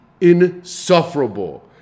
insufferable